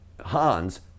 Hans